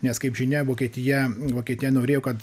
nes kaip žinia vokietija vokietija norėjo kad